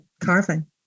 carving